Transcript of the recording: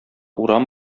урам